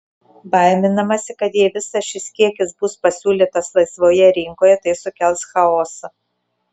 baiminamasi kad jei visas šis kiekis bus pasiūlytas laisvoje rinkoje tai sukels chaosą